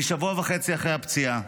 אני שבוע וחצי אחרי הפציעה,